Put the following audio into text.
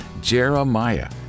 Jeremiah